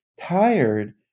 tired